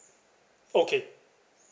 okay